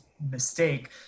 mistake